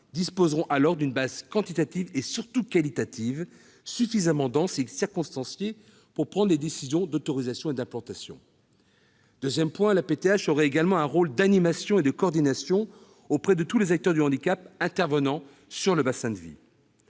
disposeraient alors d'une base quantitative et, surtout, qualitative suffisamment dense et circonstanciée pour prendre les décisions d'autorisation et d'implantation. Deuxièmement, la PTH jouerait également un rôle d'animation et de coordination auprès de tous les acteurs du handicap intervenant sur le bassin de vie.